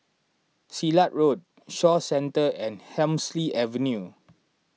Silat Road Shaw Centre and Hemsley Avenue